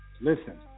Listen